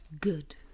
Good